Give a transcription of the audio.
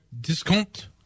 Discount